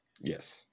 yes